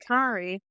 Kari